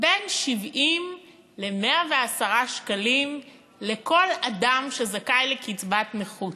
בין 70 ל-110 שקלים לכל אדם שזכאי לקצבת נכות.